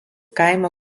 kaimo